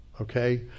okay